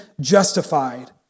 justified